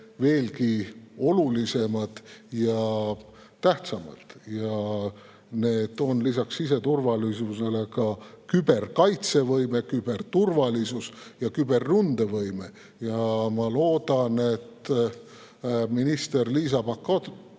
veelgi olulisemad ja tähtsamad. Need on lisaks siseturvalisusele ka küberkaitsevõime, küberturvalisus ja küberründevõime. Ma loodan, et minister Liisa Pakostal,